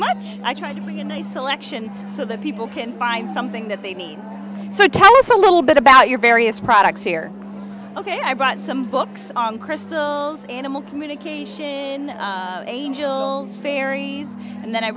much i try to bring a nice selection so that people can find something that they need so tell us a little bit about your various products here ok i bought some books on crystals animal communication angels fairies and then i